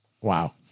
Wow